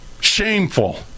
shameful